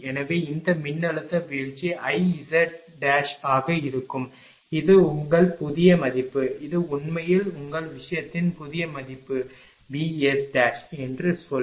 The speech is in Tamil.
எனவே இந்த மின்னழுத்த வீழ்ச்சி IZ ஆக இருக்கும் இது உங்கள் புதிய மதிப்பு இது உண்மையில் உங்கள் விஷயத்தின் புதிய மதிப்பு VSஎன்று சொல்